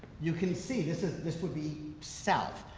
you can see this this would be south.